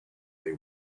they